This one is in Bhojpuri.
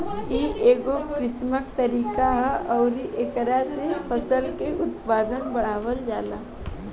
इ एगो कृत्रिम तरीका ह अउरी एकरा से फसल के उत्पादन बढ़ावल जाला